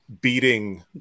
Beating